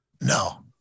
No